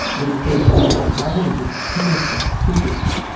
it includes things like biology, chemistry, physics,